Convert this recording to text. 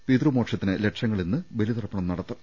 പിതൃമോക്ഷത്തിന് ലക്ഷങ്ങൾ ഇന്ന് ബലിതർപ്പണം നടത്തും